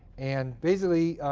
and basically,